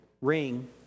ring